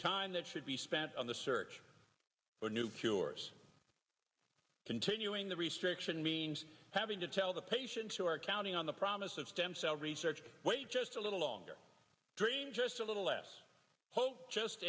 time that should be spent on the search for new cures continuing the restriction means having to tell the patients who are counting on the promise of stem cell research to wait just a little longer dream just a little less